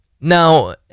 now